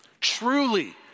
truly